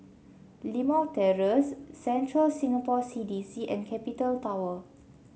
Limau Terrace Central Singapore CDC and Capital Tower